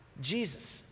Jesus